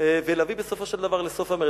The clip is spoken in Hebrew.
ולהביא, בסופו של דבר, לסוף המרד.